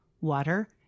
water